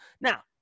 Now